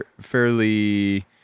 fairly